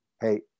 Hey